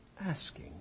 asking